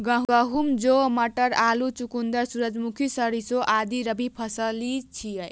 गहूम, जौ, मटर, आलू, चुकंदर, सूरजमुखी, सरिसों आदि रबी फसिल छियै